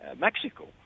mexico